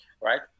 right